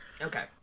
Okay